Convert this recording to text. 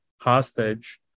hostage